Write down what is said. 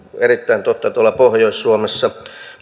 erittäin totta tuolla pohjois suomessa